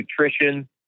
nutrition